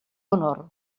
honor